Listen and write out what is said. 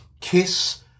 kiss